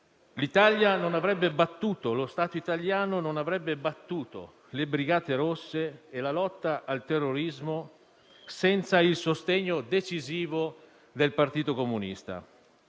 L'Italia, lo Stato italiano non avrebbero battuto le Brigate Rosse e la lotta al terrorismo senza il sostegno decisivo del Partito Comunista